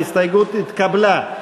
ההסתייגות התקבלה.